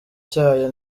cyayo